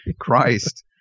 Christ